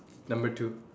number two